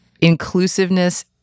inclusiveness